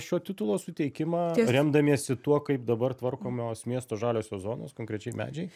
šio titulo suteikimą remdamiesi tuo kaip dabar tvarkomos miesto žaliosios zonos konkrečiai medžiai